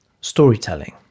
storytelling